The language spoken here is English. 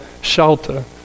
shelter